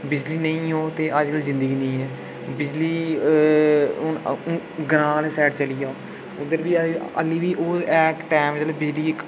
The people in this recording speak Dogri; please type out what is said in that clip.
बिजली नेईं होग ते अज्ज कल ज़िंदगी निं ऐ बिजली अअअअअ हून ग्रांऽ आह्ली साइड चली जाओ ते हाली बी ओह् इक टैम जेल्लै बिजली